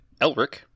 Elric